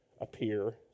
appear